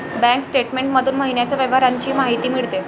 bank statement मधून महिन्याच्या व्यवहारांची माहिती मिळते